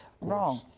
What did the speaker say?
wrong